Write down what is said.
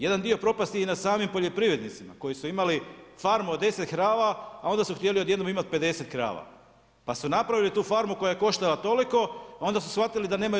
Jedan dio propasti je i na samim poljoprivrednicima koji su imali farmu od 10 krava, a onda su htjeli odjednom imati 50 krava, pa su napravili tu farmu koja je koštala toliko, a onda su shvatili da nemaju